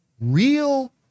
real